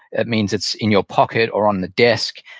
that means it's in your pocket or on the desk.